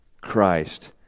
Christ